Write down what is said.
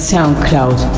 SoundCloud